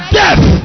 death